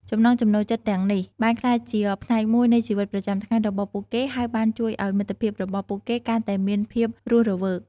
ចំណង់ចំណូលចិត្តទាំងនេះបានក្លាយជាផ្នែកមួយនៃជីវិតប្រចាំថ្ងៃរបស់ពួកគេហើយបានជួយឲ្យមិត្តភាពរបស់ពួកគេកាន់តែមានភាពរស់រវើក។